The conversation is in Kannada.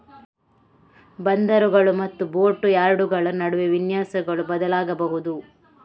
ಬಂದರುಗಳು ಮತ್ತು ಬೋಟ್ ಯಾರ್ಡುಗಳ ನಡುವೆ ವಿನ್ಯಾಸಗಳು ಬದಲಾಗಬಹುದು